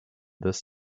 this